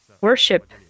worship